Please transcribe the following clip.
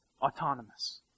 autonomous